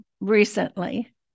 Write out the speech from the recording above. recently